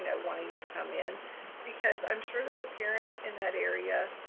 ah wanting to come in because i'm sure that the parents in that area,